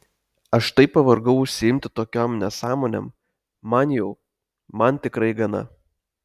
aš taip pavargau užsiimti tokiom nesąmonėm man jau man tikrai gana